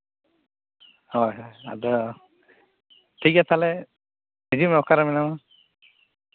ᱦᱳᱭ ᱦᱳᱭ ᱟᱫᱚ ᱴᱷᱤᱠ ᱜᱮᱭᱟ ᱛᱟᱦᱚᱞᱮ ᱦᱤᱡᱩᱜ ᱢᱮ ᱚᱠᱟᱨᱮ ᱢᱮᱱᱟᱢᱼᱟ